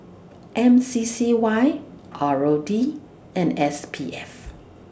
M C C Y R O D and S P F